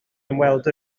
ymweld